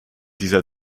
dieser